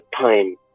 time